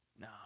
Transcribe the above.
no